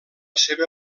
seva